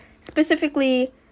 specifically